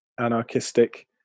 anarchistic